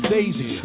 Daisy